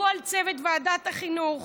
לכל צוות ועדת החינוך.